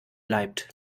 bleibt